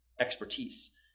expertise